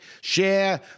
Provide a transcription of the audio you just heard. share